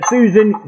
Susan